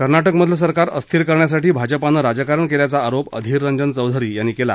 कर्नाटकमधलं सरकार अस्थिर करण्यासाठी भाजपानं राजकारण केल्याचा आरोप अधीर रंजन चौधरी यांनी केला